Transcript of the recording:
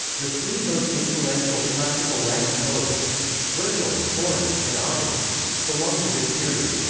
the three most influential classical latin poets vergil, horace, and ovid belong to this period.